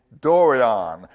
Dorian